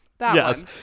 Yes